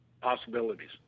possibilities